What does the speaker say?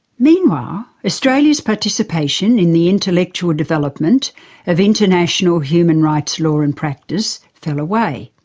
meanwhile, australia's participation in the intellectual development of international human rights law and practice fell away.